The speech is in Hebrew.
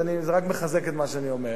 זה רק מחזק את מה שאני אומר.